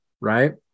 Right